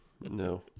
No